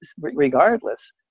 regardless